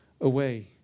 away